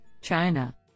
China